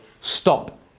stop